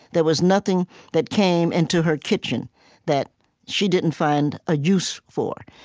there was nothing that came into her kitchen that she didn't find a use for.